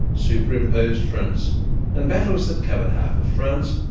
superimposed fronts and battles that covered half of france,